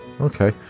Okay